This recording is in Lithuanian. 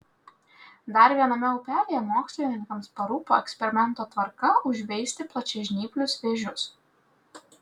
dar viename upelyje mokslininkams parūpo eksperimento tvarka užveisti plačiažnyplius vėžius